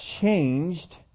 changed